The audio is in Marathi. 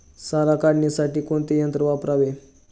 सारा काढण्यासाठी कोणते यंत्र वापरावे?